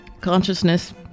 consciousness